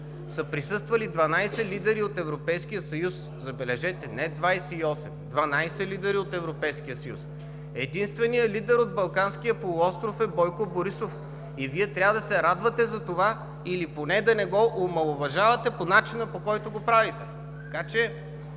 са присъствали 12 лидери от Европейския съюз. Забележете, не 28 – 12 лидери от Европейския съюз! Единственият лидер от Балканския полуостров е Бойко Борисов и Вие трябва да се радвате за това или поне да не го омаловажавате по начина, по който го правите! (Шум и